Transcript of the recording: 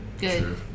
Good